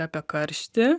apie karštį